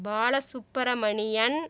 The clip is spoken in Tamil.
பாலசுப்புரமணியன்